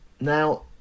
Now